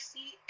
See